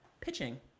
pitching